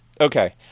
Okay